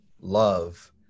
love